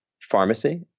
pharmacy